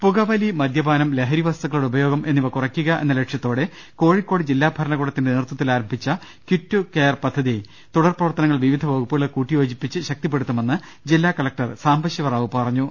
പുകവലി മദ്യപാനം ലഹരി വസ്തുക്കളുടെ ഉപയോഗം എന്നിവ കുറയ്ക്കുക എന്ന ലക്ഷ്യത്തോടെ കോഴിക്കോട് ജില്ലാ ഭരണകൂടത്തിന്റെ നേതൃത്വത്തിൽ ആരംഭിച്ച കിറ്റ് ടു കെയർ പദ്ധതി തുടർപ്രവർത്തനങ്ങൾ വിവിധ വകുപ്പുകളെ കൂട്ടിയോജിപ്പിച്ച് ശക്തിപ്പെടുത്തുമെന്ന് ജില്ലാ കലക്ടർ സാംബശിവ റാവു പറഞ്ഞു